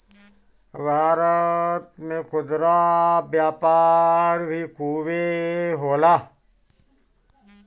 भारत में खुदरा व्यापार भी खूबे होला